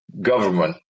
government